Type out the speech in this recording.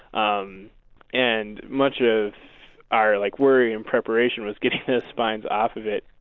um and much of our like worry and preparation was getting the spines off of it.